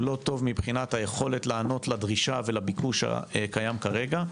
המצב הוא לא טוב מבחינת היכולת להיענות לדרישה ולביקוש הקיים כרגע.